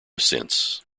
since